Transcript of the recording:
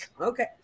Okay